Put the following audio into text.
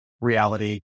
reality